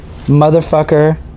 motherfucker